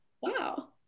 Wow